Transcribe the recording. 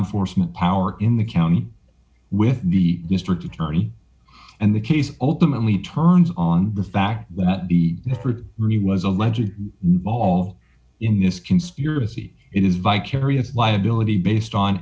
enforcement power in the county with the district attorney and the case ultimately turns on the fact that the ring was allegedly all in this conspiracy it is vicarious liability based on